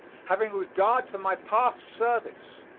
having regard to my past service.